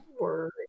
Word